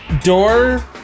door